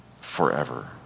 forever